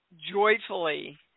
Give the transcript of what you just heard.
joyfully